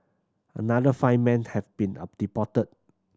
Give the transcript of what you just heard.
another five men have been a deported